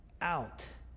out